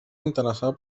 interessar